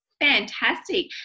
Fantastic